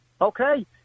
okay